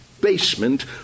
basement